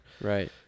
Right